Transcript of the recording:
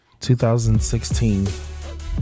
2016